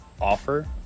offer